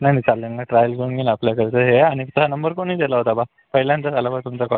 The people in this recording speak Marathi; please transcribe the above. नाही नाही चालेल ना ट्रायल घेऊन येईन आपल्याकडचं हे आणि हा नंबर कोणी दिला होता बा पहिल्यांदाच आला बघा तुमचा कॉल